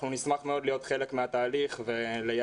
אנחנו נשמח מאוד להיות חלק מהתהליך ולייעץ,